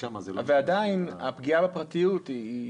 ועדיין, הפגיעה בפרטיות היא זהה.